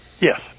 Yes